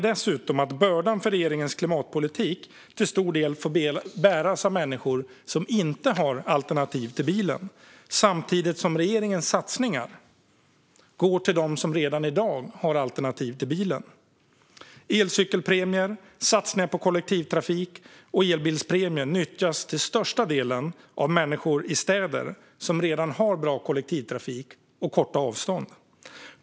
Dessutom får bördan för regeringens klimatpolitik till stor del bäras av människor som inte har alternativ till bilen samtidigt som regeringens satsningar går till dem som redan har alternativ till bilen. Elcykelpremien, satsningar på kollektivtrafik och elbilspremien nyttjas till största delen av människor i städer som redan har bra kollektivtrafik och korta avstånd.